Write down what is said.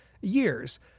years